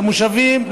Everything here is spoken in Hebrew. למושבים,